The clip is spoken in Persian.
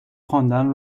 خواندن